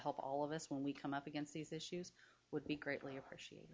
help all of us when we come up against these issues would be greatly appreciat